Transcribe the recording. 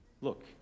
Look